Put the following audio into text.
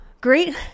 Great